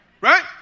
Right